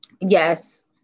Yes